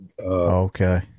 okay